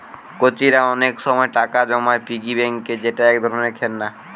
কচিরা অনেক সময় টাকা জমায় পিগি ব্যাংকে যেটা এক ধরণের খেলনা